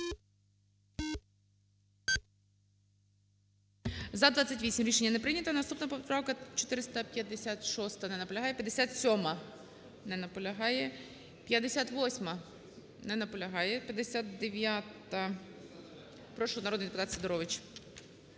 За-28 Рішення не прийнято. Наступна поправка 456-а. Не наполягає. 457-а. Не наполягає. 458-а. Не наполягає. 459-а. Прошу, народний депутат Сидорович.